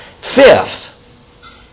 Fifth